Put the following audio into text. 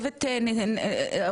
נראה שאנחנו לא מצליחים לשמוע אותך,